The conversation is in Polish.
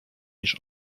niż